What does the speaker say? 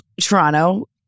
Toronto